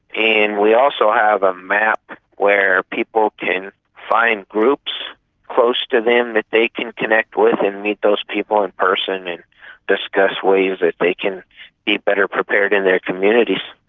and we also have a map where people can find groups close to them that they can connect with and meet those people in person and discuss ways that they can be better prepared in their communities.